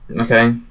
Okay